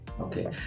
okay